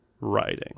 writing